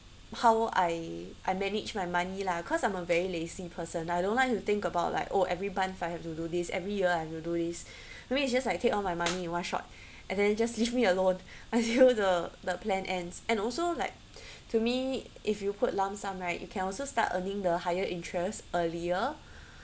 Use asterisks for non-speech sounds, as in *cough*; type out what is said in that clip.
how I I manage my money lah cause I'm a very lazy person I don't like to think about like oh every month I have to do this every year I have to do this maybe it's just like take all my money in one short and then just leave me alone until *laughs* the the plan ends and also like to me if you put lump sum right you can also start earning the higher interest earlier